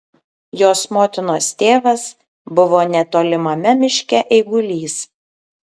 jos motinos tėvas buvo netolimame miške eigulys